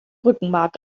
rückenmark